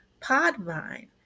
Podvine